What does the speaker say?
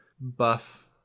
buff